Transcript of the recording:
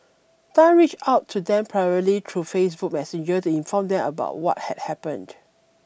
Tan reached out to them privately through Facebook Messenger to inform them about what had happened